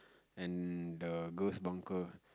and the girls bunker